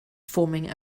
forming